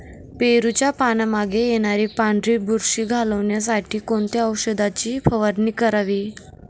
पेरूच्या पानांमागे येणारी पांढरी बुरशी घालवण्यासाठी कोणत्या औषधाची फवारणी करावी?